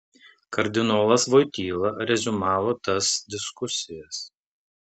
kardinolas voityla reziumavo tas diskusijas